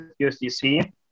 USDC